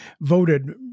voted